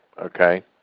okay